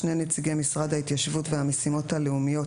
שני נציגי משרד ההתיישבות והמשימות הלאומיות